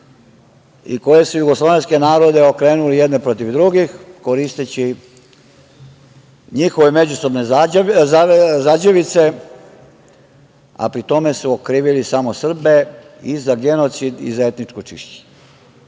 i koje su jugoslovenske narode okrenuli jedne protiv drugih, koristeći njihove međusobne zađevice, a pri tome su okrivili samo Srbe i za genocid i za etničko čišćenje,